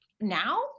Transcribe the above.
now